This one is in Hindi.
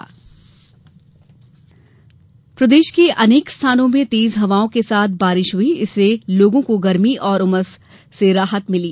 मौसम प्रदेश के अनेक स्थानों में तेज हवाओं के साथ बारिश हुई इससे लोगों को गर्मी और उमस राहत मिली